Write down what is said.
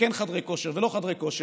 וכן חדרי כושר ולא חדרי כושר.